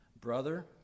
brother